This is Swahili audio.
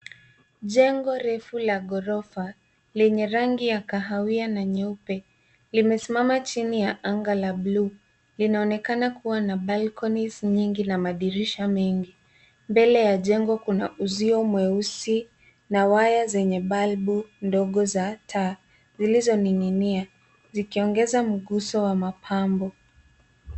Jengo refu la ghorofa lenye rangi ya kahawia na nyeupe limesimama chini ya anga la bluu. Linaonekana kuwa na balconies nyingi na madirisha mengi. Mbele ya jengo kuna uzio mweusi na waya zenye balbu ndogo za taa zilizoning'inia zikiongeza mguso wa mapambo.